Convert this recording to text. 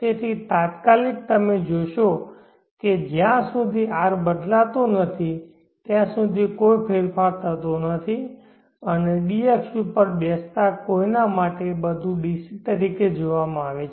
તેથી તાત્કાલિક તમે જોશો કે જ્યાં સુધી R બદલાતો નથી ત્યાં સુધી કોઈ ફેરફાર થતો નથી અને d અક્ષ પર બેસતા કોઈને માટે બધું DC તરીકે જોવામાં આવે છે